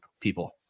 people